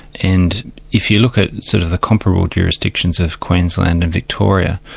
and if you look at sort of the comparable jurisdictions of queensland and victoria,